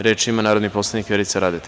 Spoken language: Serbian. Reč ima narodni poslanik Vjerica Radeta.